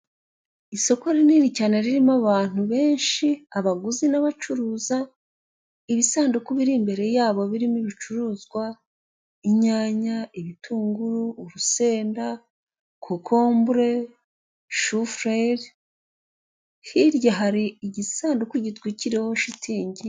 Mu kibuga ni ho abantu bidagadurira, bashobora gukiniramo imikino itandukanye, waba uw'amaguru, uw'amaboko ndetse n'iyindi, ibiti iyo biteye bicucitse bigira akamaro kanini cyane, bishobora gukurura imvura, ikindi kandi byavamo n'inkwi ndetse n'amakara.